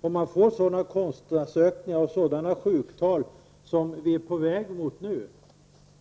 Om man får sådana kostnadsökningar och sådana sjuktal som vi nu är på väg mot